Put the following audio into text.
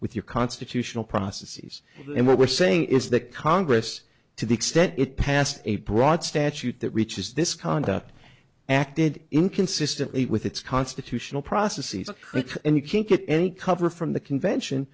with your constitutional processes and what we're saying is that congress to the extent it passed a broad statute that reaches this conduct acted inconsistently with its constitutional processes are quick and you can't get any cover from the convention